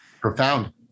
profound